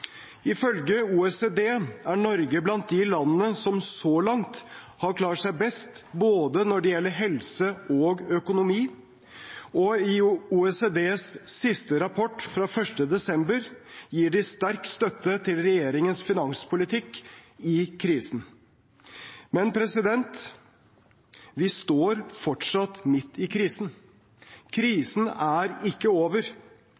Ifølge OECD er Norge blant de landene som så langt har klart seg best når det gjelder både helse og økonomi, og i OECDs siste rapport fra 1. desember gir de sterk støtte til regjeringens finanspolitikk i krisen. Men vi står fortsatt midt i krisen. Krisen er ikke over.